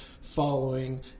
following